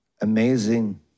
Amazing